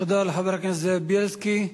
תודה לחבר הכנסת זאב בילסקי.